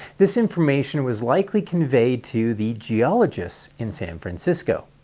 this information was likely conveyed to the geologists in san francisco.